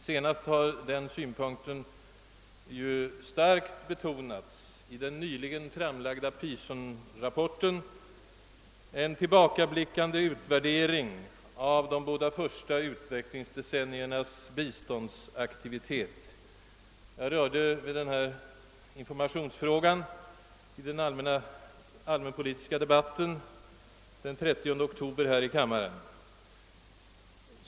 Senast har för övrigt den synpunkten kraftigt betonats i den nyligen framlagda s.k. Pearson-rapporten, en tillbakablickande utvärdering av de båda första utvecklingsdecenniernas biståndsaktivitet. Jag berörde informationsfrågan i den allmänpolitiska debatten här i kammaren den 30 oktober i år.